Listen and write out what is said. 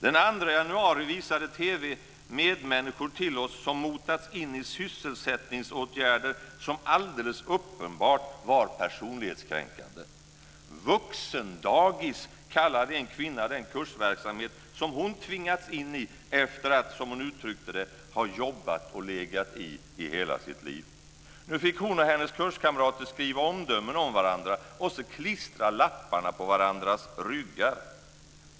Den 2 januari visade TV medmänniskor till oss som motats in i sysselsättningsåtgärder som alldeles uppenbart var personlighetskränkande. Vuxendagis kallade en kvinna den kursverksamhet som hon tvingats in i efter att, som hon uttryckte det, ha jobbat och legat i hela sitt liv. Nu fick hon och hennes kurskamrater skriva omdömen om varandra och sedan klistra lapparna på varandras ryggar.